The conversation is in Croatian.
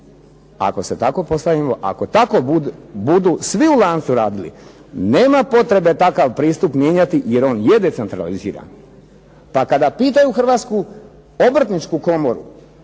Ako se tako postavimo, ako tako budu svi u lancu radili nema potrebe takav pristup mijenjati jer on je decentraliziran. Pa kada pitaju Hrvatsku obrtničku komoru